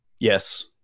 Yes